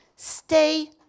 Stay